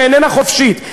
שאיננה חופשית.